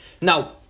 Now